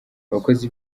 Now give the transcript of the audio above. abakozi